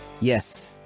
Yes